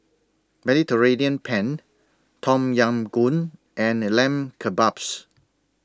Mediterranean Penne Tom Yam Goong and The Lamb Kebabs